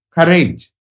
courage